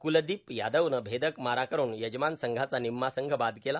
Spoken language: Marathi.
कुलदिप यादवनं भेदक मारा करून यजमान संघाचा निम्मा संघ बाद केला